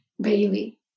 Bailey